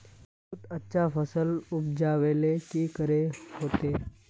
बहुत अच्छा फसल उपजावेले की करे होते?